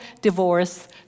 divorce